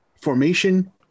formation